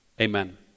Amen